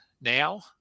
now